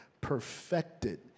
perfected